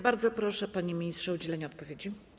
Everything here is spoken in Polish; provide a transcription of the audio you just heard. Bardzo proszę, panie ministrze, o udzielenie odpowiedzi.